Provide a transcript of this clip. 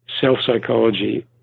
self-psychology